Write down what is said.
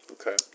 Okay